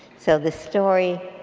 so the story